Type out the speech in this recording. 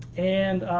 and,